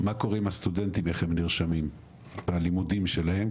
מה קורה עם הסטודנטים איך הם נרשמים בלימודים שלהם,